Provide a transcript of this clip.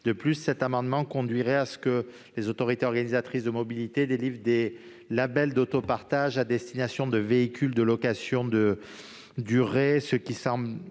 de cet amendement conduirait à ce que les autorités organisatrices de la mobilité délivrent des labels d'autopartage à destination de véhicules de location de courte durée,